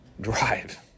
Drive